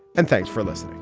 and thanks for listening